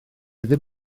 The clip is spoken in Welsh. ddim